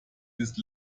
this